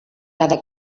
cada